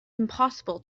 impossible